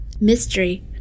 mystery